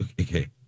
Okay